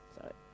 Sorry